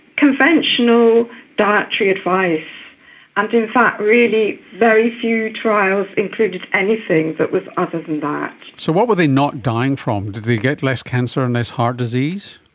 conventional dietary advice, and in fact really very few trials included anything that was other than that. so what were they not dying from? did they get less cancer and less heart disease?